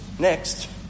next